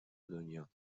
دنیا